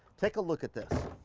take a look at this.